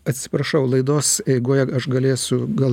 atsiprašau laidos eigoje galėsiu gal